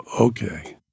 Okay